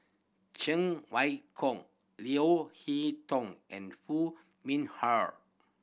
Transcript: Cheng Wai Keung Leo Hee Tong and Hoo Mee Har